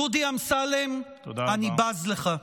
דודי אמסלם, אני בז לך.